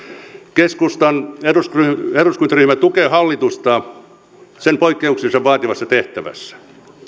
keskustan eduskuntaryhmä tukee hallitusta sen poikkeuksellisen vaativassa tehtävässä